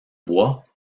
bois